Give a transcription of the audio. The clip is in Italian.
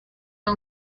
tra